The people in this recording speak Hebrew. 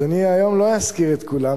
אז אני היום לא אזכיר את כולם,